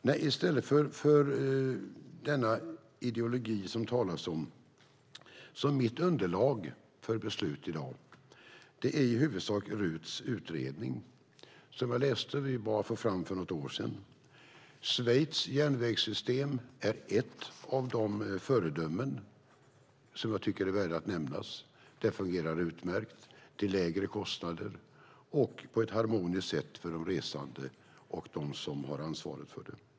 Nej, i stället för denna ideologi som det talas om är mitt underlag för beslut i dag i huvudsak RUT:s utredning som jag läst och som vi bad om att få fram för något år sedan. Schweiz järnvägssystem är ett av de föredömen som jag tycker är värda att nämnas. Där fungerar det utmärkt till lägre kostnader och på ett harmoniskt sätt för de resande och de som har ansvaret för det.